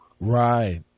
Right